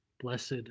blessed